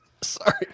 Sorry